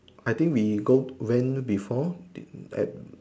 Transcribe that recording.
I think we go went before at